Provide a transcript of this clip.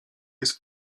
jest